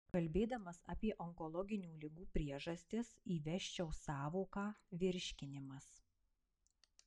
kalbėdamas apie onkologinių ligų priežastis įvesčiau sąvoką virškinimas